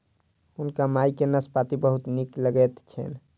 हुनकर माई के नाशपाती बहुत नीक लगैत छैन